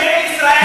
ממשלת ישראל,